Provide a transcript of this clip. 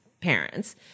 parents